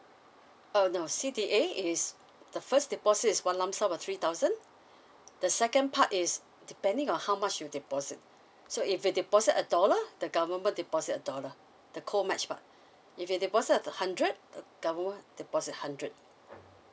uh no C_D_A is the first deposit one lump sum for three thousand the second part is depending on how much you deposit so if you deposit a dollar the government deposit a dollar the co match part if you deposit a hundred the government deposit hundred